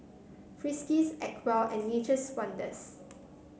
Friskies Acwell and Nature's Wonders